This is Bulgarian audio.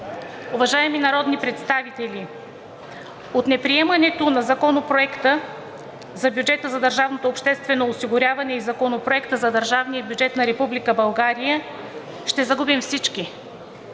Уважаеми народни представители, от неприемането на Законопроекта за бюджета за държавното обществено осигуряване и Законопроекта за държавния бюджет на Република България ще загубим всички,